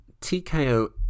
TKO